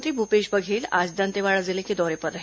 मुख्यमंत्री भूपेश बघेल आज दंतेवाडा जिले के दौरे पर रहे